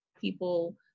people